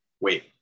Wait